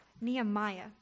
Nehemiah